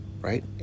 right